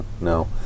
No